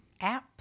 apps